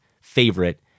favorite